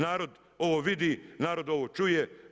Narod ovo vidi, narod ovo čuje.